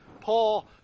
Paul